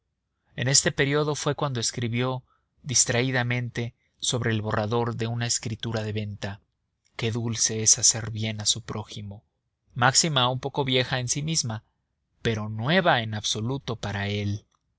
en este período fue cuando escribió distraídamente sobre el borrador de una escritura de venta qué dulce es hacer bien a su prójimo máxima un poco vieja en sí misma pero nueva en absoluto para él